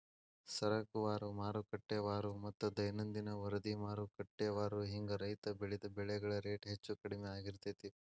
ಸರಕುವಾರು, ಮಾರುಕಟ್ಟೆವಾರುಮತ್ತ ದೈನಂದಿನ ವರದಿಮಾರುಕಟ್ಟೆವಾರು ಹಿಂಗ ರೈತ ಬೆಳಿದ ಬೆಳೆಗಳ ರೇಟ್ ಹೆಚ್ಚು ಕಡಿಮಿ ಆಗ್ತಿರ್ತೇತಿ